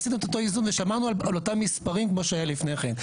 עשינו את אותו איזון ושמרנו על אותם מספרים כמו שהיה לפני כן.